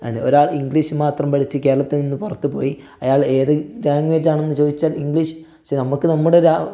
ആണ് ഒരാൾ ഇംഗ്ലീഷ് മാത്രം പഠിച്ച് കേരളത്തിൽ നിന്ന് പുറത്തുപോയി അയാൾ ഏത് ലാംഗ്വേജാണെന്ന് ചോയിച്ചാൽ ഇംഗ്ലീഷ് പക്ഷേ നമുക്ക് നമ്മുടെ